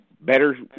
better